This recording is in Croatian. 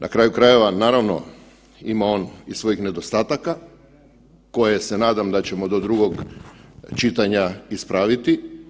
Na kraju krajeva naravno ima on i svojih nedostataka koje se nadam da ćemo do drugog čitanja ispraviti.